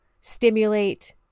stimulate